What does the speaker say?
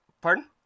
pardon